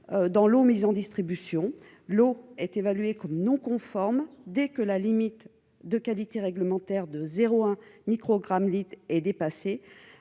dans l'eau mise en distribution. L'eau est considérée comme étant non conforme dès que la limite de qualité réglementaire de 0,1 microgramme par litre est dépassée,